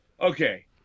Okay